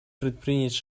предпринять